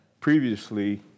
previously